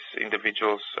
individuals